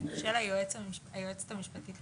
משרד הרווחה לא יכול לעשות משהו שהחוק לא מתיר לו.